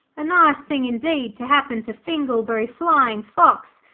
a nice thing, indeed, to happen to finglebury flying-fox,